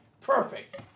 perfect